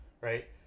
right